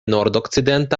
nordokcidenta